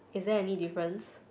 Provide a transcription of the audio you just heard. is there any difference